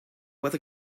where